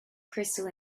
crystal